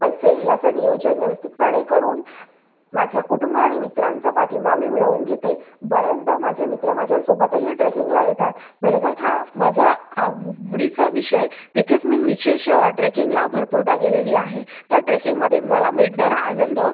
पैसे याचं नियोजन व्यवस्थितपणे करून माझ्या कुटुंब आणि मित्रांचा पाठिंबा मी मिळवून घेते बऱ्याचदा माझे मित्र माझ्यासोबतही ट्रेकिंगला येतात मेळघाट हा माझा आव डीचा विषय तिथेच मी विशेष ट्रेकिंगला भरपूरदा गेलेले आहे त्या ट्रेकिंगमध्ये मला मिळणारा आनंद